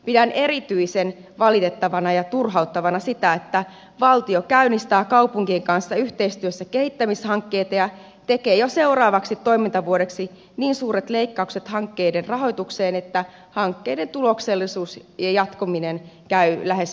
pidän erityisen valitettavana ja turhauttavana sitä että valtio käynnistää kaupunkien kanssa yhteystyössä kehittämishankkeita ja tekee jo seuraavaksi toimintavuodeksi niin suuret leikkaukset hankkeiden rahoitukseen että hankkeiden tuloksellisuus ja jatkuminen käy lähes mahdottomaksi